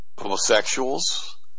homosexuals